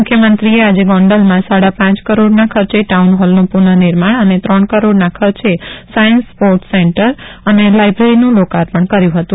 મુખ્યમંત્રીએ આજે ગોંડલમાં સાડા પાંચ કરોડના ખર્ચે ટાઉનહોલનું પુનઃ નિર્માણ અને ત્રણ કરોડના ખર્ચે સાયન્સ સ્પોર્ટ્સ સેન્ટર અને લાયબ્રેરીનું લોકાર્પણ કર્યું હતું